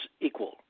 equal